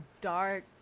dark